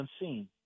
unseen